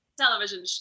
television